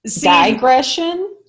digression